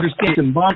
understand